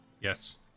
Yes